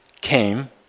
came